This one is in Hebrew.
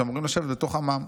שאמורים לשבת בתוך עמם.